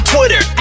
Twitter